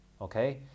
okay